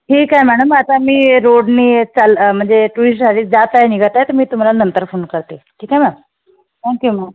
ठीक आहे मॅडम आता मी रोडने चाल म्हणजे टुरिससाठी जात आहे निघत आहे तर मी तुम्हाला नंतर फोन करते ठीक आहे मॅम थँक्यू मॅम